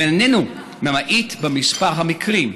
ואיננו ממעיט במספר המקרים.